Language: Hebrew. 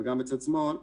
אבל גם בצד שמאל,